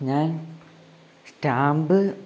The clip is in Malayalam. ഞാൻ സ്റ്റാമ്പ്